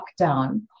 lockdown